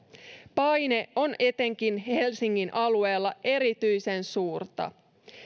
paine on etenkin helsingin alueella erityisen suurta